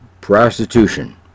prostitution